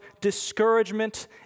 discouragement